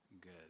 good